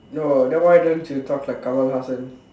no then why don't you talk like Kamal Hassan